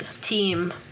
team